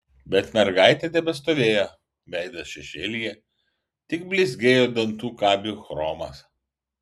bet mergaitė tebestovėjo veidas šešėlyje tik blizgėjo dantų kabių chromas